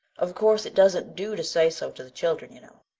of course, it doesn't do to say so to the children, you know.